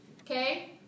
Okay